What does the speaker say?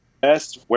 best